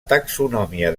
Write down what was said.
taxonomia